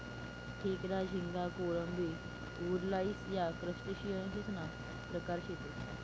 खेकडा, झिंगा, कोळंबी, वुडलाइस या क्रस्टेशियंससना प्रकार शेतसं